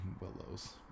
Willows